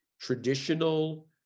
traditional